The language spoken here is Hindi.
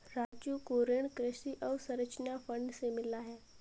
राजू को ऋण कृषि अवसंरचना फंड से मिला है